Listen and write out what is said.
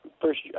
First